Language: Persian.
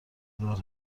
دار